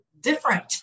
different